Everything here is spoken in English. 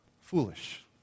foolish